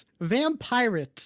vampires